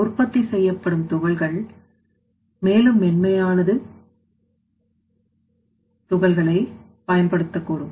உற்பத்தி செய்யப்படும் துகள்கள் மேலும் மென்மையானதுகள்களைபயன்படுத்தக்கூடும்